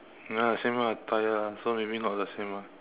ya same lah tyre ah so maybe not the same lah